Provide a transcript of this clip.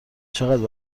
چقد